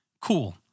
cool